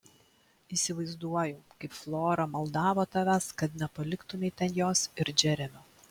įsivaizduoju kaip flora maldavo tavęs kad nepaliktumei ten jos ir džeremio